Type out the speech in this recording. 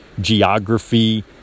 Geography